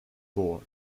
board